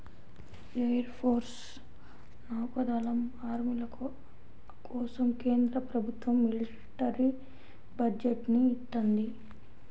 air force, నౌకా దళం, ఆర్మీల కోసం కేంద్ర ప్రభుత్వం మిలిటరీ బడ్జెట్ ని ఇత్తంది